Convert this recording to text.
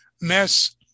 mess